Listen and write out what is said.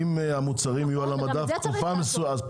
אם המוצרים יהיו על המדף תקופה מסוימת,